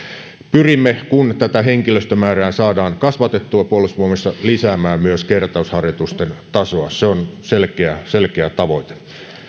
pyrimme kun tätä henkilöstömäärää saadaan kasvatettua puolustusvoimissa lisäämään myös kertausharjoitusten tasoa se on selkeä selkeä tavoite